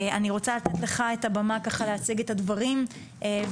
אני רוצה לתת לך את הבמה להציג את הדברים ולפנות